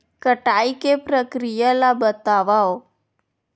कटाई के प्रक्रिया ला बतावव?